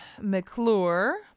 McClure